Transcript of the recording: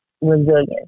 resilience